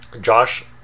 Josh